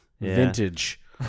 vintage